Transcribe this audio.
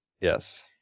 yes